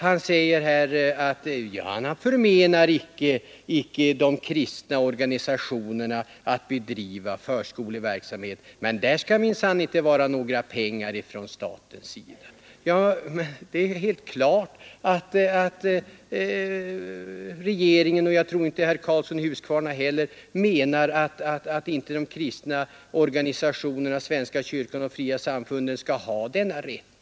Herr Karlsson sade att han inte förmenar de kristna organisationerna att bedriva förskoleverksamhet, men samtidigt hävdar han att till den verksamheten skall det minsann inte ges några pengar från staten. Det är väl alldeles klart att inte regeringen kan förmena de kristna organisationerna, svenska kyrkan och fria samfunden rätten att driva förskola.